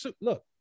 Look